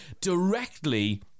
directly